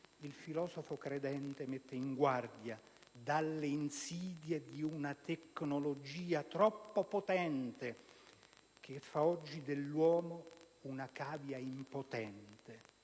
il filosofo credente mette in guardia dalle insidie di una tecnologia troppo potente che fa oggi dell'uomo una cavia impotente.